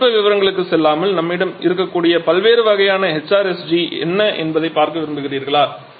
தொழில்நுட்ப விவரங்களுக்குச் செல்லாமல் நம்மிடம் இருக்கக்கூடிய பல்வேறு வகையான HRSG என்ன என்பதைப் பார்க்க விரும்புகிறீர்களா